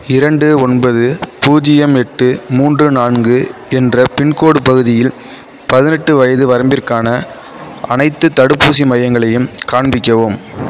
இரண்டு ஒன்பது பூஜ்யம் எட்டு மூன்று நான்கு என்ற பின்கோடு பகுதியில் பதினெட்டு வயது வரம்பிருக்கான அனைத்துத் தடுப்பூசி மையங்களையும் காண்பிக்கவும்